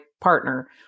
partner